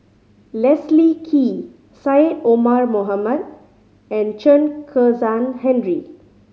Leslie Kee Syed Omar Mohamed and Chen Kezhan Henri